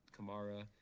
Kamara